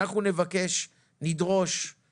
אנחנו דורשים מכל